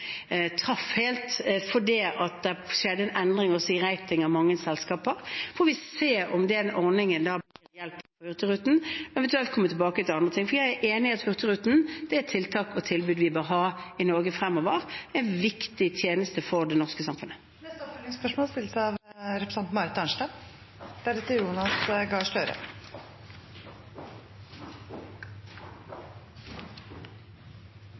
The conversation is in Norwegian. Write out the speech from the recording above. traff helt, fordi det skjedde en endring også i rating av mange selskaper. Så får vi se om den ordningen hjelper for Hurtigruten, eventuelt komme tilbake til andre ting. For jeg er enig i at Hurtigruten er et tiltak og tilbud vi bør ha i Norge fremover. Det er en viktig tjeneste for det norske samfunnet. Marit Arnstad – til oppfølgingsspørsmål.